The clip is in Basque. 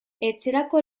etxerako